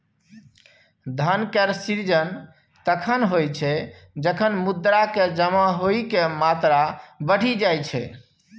धन के सृजन तखण होइ छै, जखन मुद्रा के जमा होइके मात्रा बढ़ि जाई छै